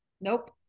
Nope